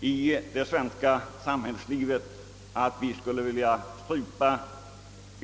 i det svenska samhällslivet som yttrandefriheten skall strypas.